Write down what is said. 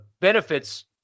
benefits